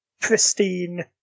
pristine